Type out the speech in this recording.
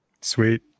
sweet